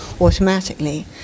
automatically